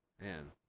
Man